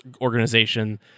organization